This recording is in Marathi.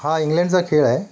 हा इंग्लँडचा खेळ आहे